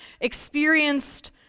experienced